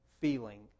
feeling